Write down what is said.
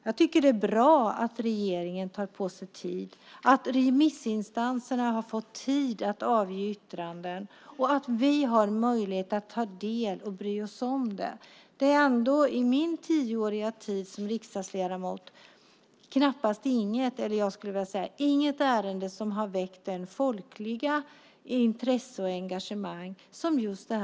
Jag tycker att det är bra att regeringen tar tid på sig, att remissinstanserna har fått tid att avge yttranden och att vi har möjlighet att ta del av och bry oss om dem. Under min tioåriga tid som riksdagsledamot har det inte funnits något ärende som har väckt samma folkliga intresse och engagemang som detta.